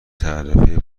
تعرفه